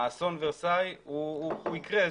אסון ורסאי הבא יקרה,